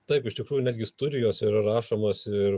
taip iš tikrųjų netgi studijos yra rašomos ir